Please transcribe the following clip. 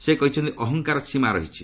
ସେ କହିଛନ୍ତି ଅହଂକାର ସୀମା ରହିଛି